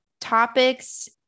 topics